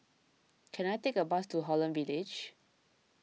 can I take a bus to Holland Village